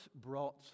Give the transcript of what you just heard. brought